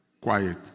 Quiet